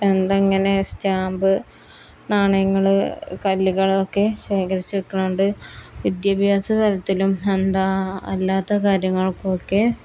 എന്താങ്ങനെ stamp നാണയങ്ങൾ കല്ലുകളൊക്കെ ശേഖരിച്ചു വെക്കുന്നതു കൊണ്ട് വിദ്യാഭ്യാസ തലത്തിലും എന്താ അല്ലാത്ത കാര്യങ്ങൾക്കൊക്കെ